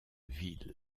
ville